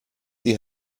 die